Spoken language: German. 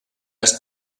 ist